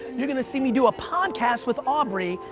you're gonna see me do a podcast with aubrey.